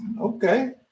Okay